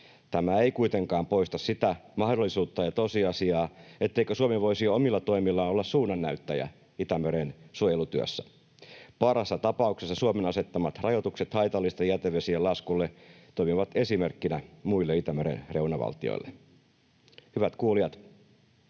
Tämä ei kuitenkaan poista sitä mahdollisuutta ja tosiasiaa, etteikö Suomi voisi omilla toimillaan olla suunnannäyttäjä Itämeren suojelutyössä. Parhaassa tapauksessa Suomen asettamat rajoitukset haitallisten jätevesien laskulle toimivat esimerkkinä muille Itämeren reunavaltioille. Hyvät kuulijat,